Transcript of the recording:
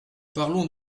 parlons